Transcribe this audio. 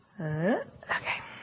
Okay